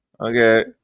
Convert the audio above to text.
Okay